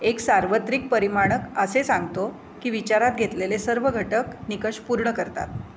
एक सार्वत्रिक परिमाणक असे सांगतो की विचारात घेतलेले सर्व घटक निकष पूर्ण करतात